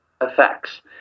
effects